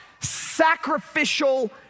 sacrificial